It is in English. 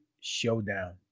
showdown